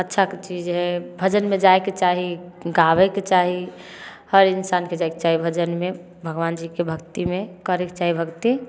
अच्छा चीज हइ भजनमे जाइके चाही गाबैके चाही हर इन्सानके जाइके चाही भजनमे भगवानजीके भक्तिमे करैके चाही भक्ति